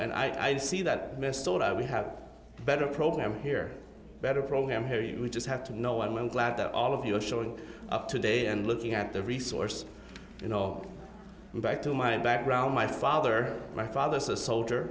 and i see that mr i we have a better program here better program here you just have to know i'm glad that all of you are showing up today and looking at the resource you know back to my background my father my father's a soldier